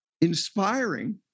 inspiring